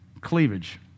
cleavage